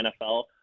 NFL